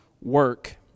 work